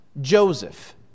Joseph